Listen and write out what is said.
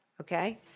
okay